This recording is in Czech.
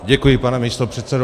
Děkuji, pane místopředsedo.